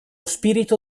spirito